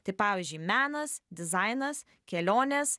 tai pavyzdžiui menas dizainas kelionės